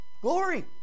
Glory